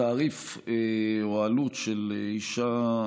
התעריף או העלות לאישה,